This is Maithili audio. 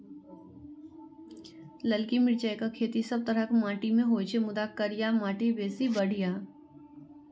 ललकी मिरचाइक खेती सब तरहक माटि मे होइ छै, मुदा करिया माटि बेसी बढ़िया